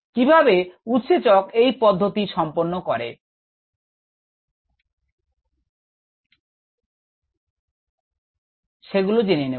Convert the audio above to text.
কিভাবে উৎসেচক এই পদ্ধতিটি সম্পন্ন করে সেগুলো জেনে নেব